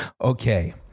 Okay